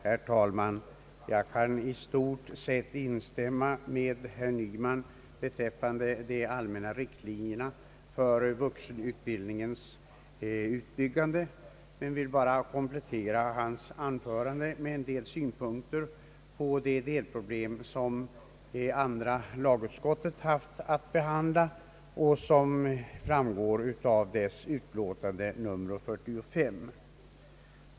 Herr talman! Jag kan i stort sett instämma med herr Nyman beträffande de allmänna riktlinjerna för vuxenutbildningens utbyggande men vill bara komplettera hans anförande med en del synpunkter på de delproblem som andra lagutskottet haft att behandla och som återfinns i dess utlåtande nr 45.